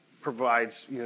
provides